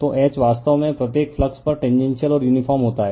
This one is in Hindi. तो H वास्तव में प्रत्येक फ्लक्स पर टेनजेनशिअल और यूनिफार्म होता है